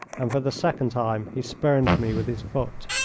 and for the second time he spurned me with his foot.